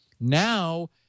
Now